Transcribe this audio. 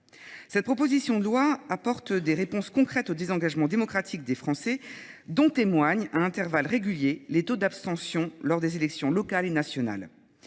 Cette proposition de loi apporte des réponses concrètes au désengagement démocratique des Français dont témoignent à intervalles réguliers les taux d'abstention lors des élections locales et nationales.